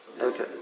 Okay